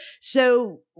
So-